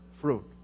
fruit